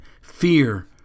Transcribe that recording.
fear